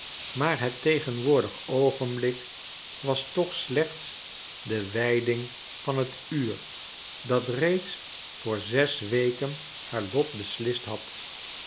maar het tegenwoordig oogenblik was toch slechts de wijding van het uur dat reeds voor zes weken haar lot beslist had